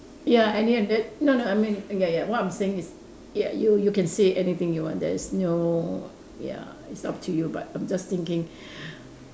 ya any end that that no no I mean ya ya what I'm saying is ya you you can say anything you want there is no ya it's up to you but I'm just thinking